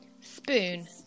Spoon